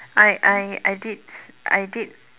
I I I did I did